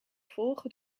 volgen